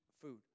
food